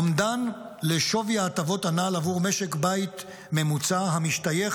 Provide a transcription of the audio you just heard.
אומדן לשווי ההטבות הנ"ל עבור משק בית ממוצע המשתייך